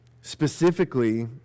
Specifically